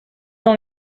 dans